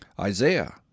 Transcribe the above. Isaiah